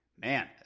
man